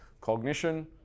cognition